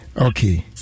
okay